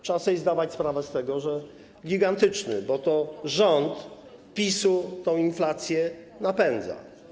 Trzeba sobie zdawać sprawę z tego, że gigantyczny, bo to rząd PiS-u tę inflację napędza.